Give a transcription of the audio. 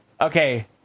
Okay